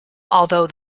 although